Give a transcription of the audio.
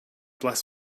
bless